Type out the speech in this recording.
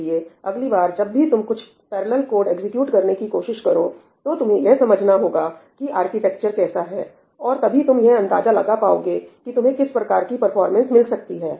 इसलिए अगली बार जब भी तुम कुछ पैरेलल कोड एग्जीक्यूट करने की कोशिश करो तुम्हें यह समझना होगा कि आर्किटेक्चर कैसा है और तभी तुम यह अंदाजा लगा पाओगे कि तुम्हें किस प्रकार की परफॉर्मेंस मिल सकती है